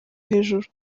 hejuru